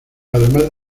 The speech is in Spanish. además